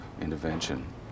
intervention